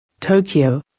Tokyo